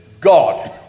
God